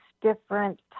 different